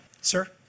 Sir